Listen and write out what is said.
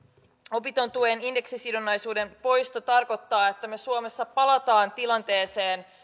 opintotuen indeksisidonnaisuuden poisto tarkoittaa että me suomessa palaamme tilanteeseen